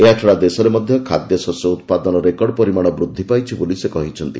ଏହାଛଡା ଦେଶରେ ମଧ୍ୟ ଖାଦଶସ୍ୟ ଉତ୍ପାଦନ ରେକର୍ଡ ପରିମାଣର ବୃଦ୍ଧିପାଇଛି ବୋଲି ସେ କହିଛନ୍ତି